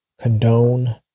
condone